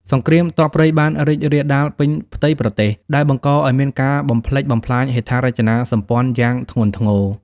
សង្គ្រាមទ័ពព្រៃបានរីករាលដាលពេញផ្ទៃប្រទេស ដែលបង្កឱ្យមានការបំផ្លិចបំផ្លាញហេដ្ឋារចនាសម្ព័ន្ធយ៉ាងធ្ងន់ធ្ងរ។